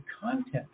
content